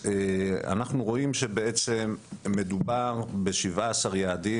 אנחנו רואים שבעצם מדובר ב-17 יעדים